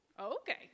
okay